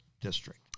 district